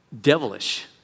devilish